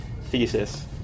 thesis